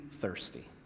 thirsty